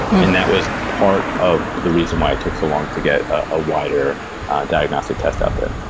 and that was part of the reason why it took so long to get a wider diagnostic test out there.